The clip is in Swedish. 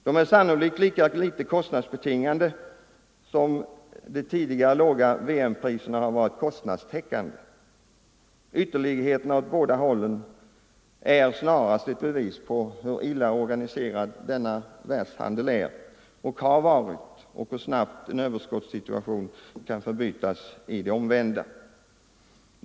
De är sannolikt lika litet kostnadsbetingade som de tidigare världsmarknadspriserna har varit kostnadstäckande. Ytterligheterna åt båda hållen är snarast ett bevis på hur illa organiserad denna världshandel är och har varit och hur snabbt en överskottssituation kan förbytas i det omvända.